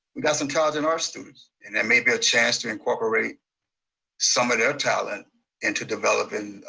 we've got some talented art students, and that may be a chance to incorporate some of their talent into developing